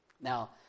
Now